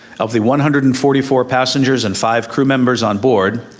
of the one hundred and forty four passengers and five crew members on board,